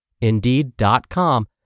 Indeed.com